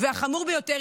והחמור ביותר,